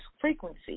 frequency